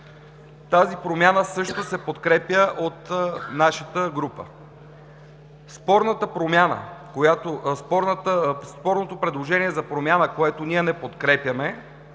Тази промяна също се подкрепя от нашата група. Спорното предложение за промяна, което ние не подкрепяме,